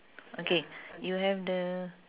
okay you have the